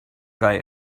guy